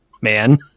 man